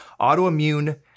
Autoimmune